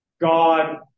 God